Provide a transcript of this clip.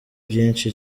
byinshi